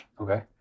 Okay